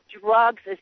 drugs